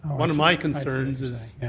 one of my concerns